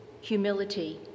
humility